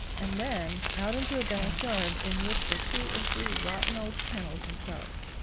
and then out into a back yard, in which were two or three rotten old kennels and tubs.